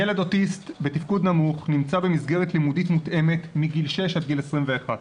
ילד אוטיסט בתפקוד נמוך נמצא במסגרת לימודית מותאמת מגיל שש עד גיל 21,